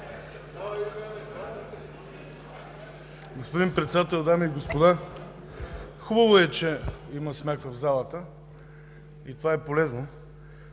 Господин Председател, дами и господа! Хубаво е, че има смях в залата и това е полезно.